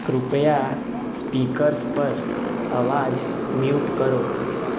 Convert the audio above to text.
કૃપયા સ્પીકર્સ પર અવાજ મ્યુટ કરો